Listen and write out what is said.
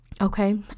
Okay